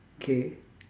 K